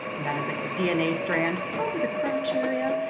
and that is like a dna strand over the crotch area,